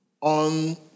on